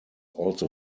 also